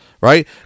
right